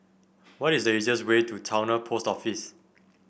what is the easiest way to Towner Post Office